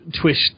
twist